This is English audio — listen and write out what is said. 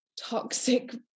toxic